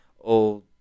old